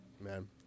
man